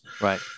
Right